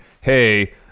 Hey